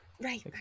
Right